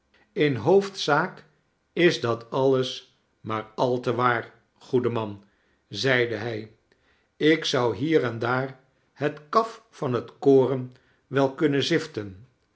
in hoofdzaak is dat alles maar al te waar goede man zeide hij ik zou hier en daar het kaf van het koren wel kunnen ziften